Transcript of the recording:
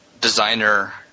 designer